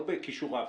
לא בכישוריו.